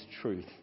truth